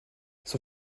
son